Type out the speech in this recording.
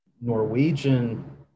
Norwegian